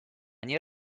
nie